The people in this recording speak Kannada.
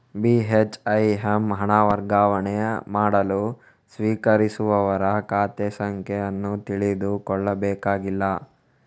ಬಿ.ಹೆಚ್.ಐ.ಎಮ್ ಹಣ ವರ್ಗಾವಣೆ ಮಾಡಲು ಸ್ವೀಕರಿಸುವವರ ಖಾತೆ ಸಂಖ್ಯೆ ಅನ್ನು ತಿಳಿದುಕೊಳ್ಳಬೇಕಾಗಿಲ್ಲ